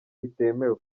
bitemewe